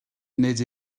nid